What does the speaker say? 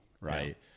Right